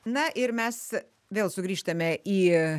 na ir mes vėl sugrįžtame į